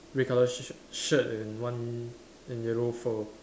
red color sh~ sh~ shirt and one and yellow fur